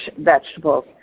vegetables